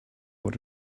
what